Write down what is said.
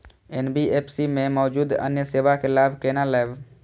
NBFC में मौजूद अन्य सेवा के लाभ केना लैब?